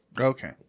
okay